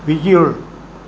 visual